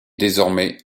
désormais